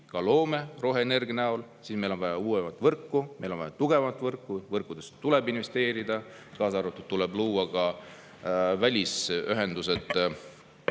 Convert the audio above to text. loome roheenergia näol, siis meil on vaja uuemat võrku, meil on vaja tugevamat võrku, võrkudesse tuleb investeerida, kaasa arvatud see, et tuleb luua välisühendused